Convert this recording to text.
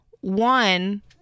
one